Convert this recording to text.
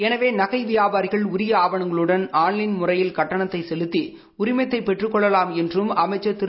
எனவே நகை வியாபாரிகள் உரிய ஆவணங்களுடன் ஆன்லைன் முறையில் கட்டணத்தை செலுத்தி உரிமத்தை பெற்றுக் கொள்ளலாம் என்றும் அமைச்சர் திரு